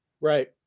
Right